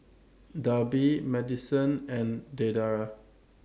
Darby Madyson and Deidra